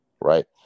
right